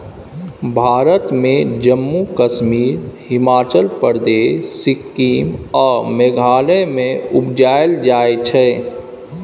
भारत मे जम्मु कश्मीर, हिमाचल प्रदेश, सिक्किम आ मेघालय मे उपजाएल जाइ छै